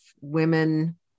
women